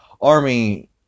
army